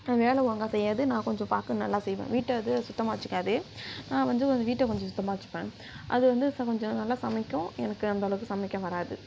அது வேலை ஒழுங்காக செய்யாது நான் கொஞ்சம் பார்க்க நல்லா செய்வேன் வீட்டை அது சுத்தமாக வச்சிக்காது நான் வந்து வீட்டை கொஞ்சம் சுத்தமாக வச்சிப்பேன் அதுவந்து கொஞ்சம் நல்லா சமைக்கும் எனக்கு அந்தளவுக்கு சமைக்க வராது